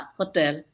hotel